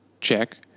check